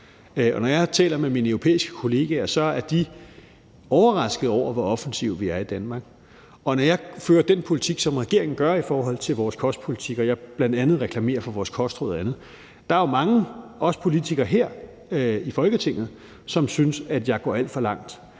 Når jeg taler med mine europæiske kolleger, er de overraskede over, hvor offensive vi er i Danmark. Og når jeg fører den kostpolitik, der er regeringens politik, og bl.a. reklamerer for vores kostråd og andet, er der jo mange, også politikere her i Folketinget, som synes, at jeg går alt for langt.